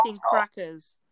crackers